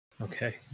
Okay